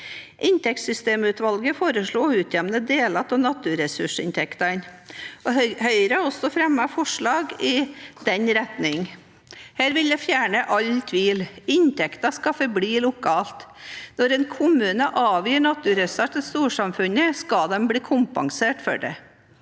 Inntektssystemutvalget foreslo å utjevne deler av naturressursinntektene. Høyre har også fremmet forslag i den retningen. Her vil jeg fjerne all tvil: Inntektene skal forbli lokalt. Når en kommune avgir naturressurser til storsamfunnet, skal de bli kompensert for det.